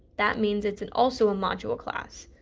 that means it's and also a module class,